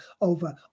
over